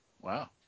Wow